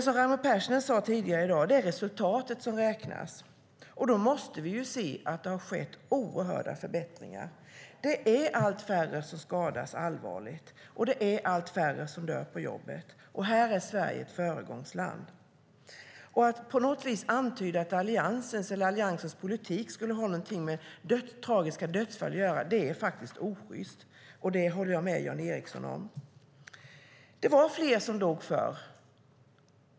Som Raimo Pärssinen sade tidigare i dag är det resultatet som räknas. Då måste vi se att det har skett oerhört stora förbättringar. Det är allt färre som skadas allvarligt, och det är allt färre som dör på jobbet. Här är Sverige ett föregångsland. Att på något vis antyda att Alliansen eller Alliansens politik skulle ha någonting med tragiska dödsfall att göra är faktiskt osjyst. Det håller jag med Jan Ericson om. Det var fler som dog förr.